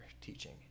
teaching